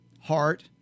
heart